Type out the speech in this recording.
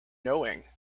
knowing